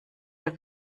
der